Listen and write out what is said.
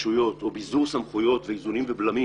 רשויות או ביזור סמכויות ואיזונים ובלמים.